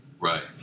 Right